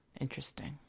Interesting